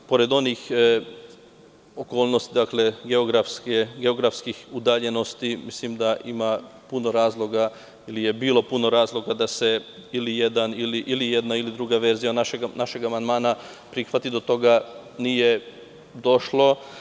Pored onih okolnosti, dakle geografskih udaljenosti, mislim da ima puno razloga ili je bilo puno razloga da se jedna ili druga verzija našeg amandmana prihvati, ali do toga nije došlo.